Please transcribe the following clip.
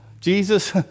Jesus